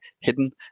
hidden